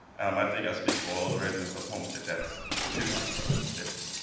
um i think i speak for all the residents of homestead, that's too high for us, definitely.